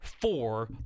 four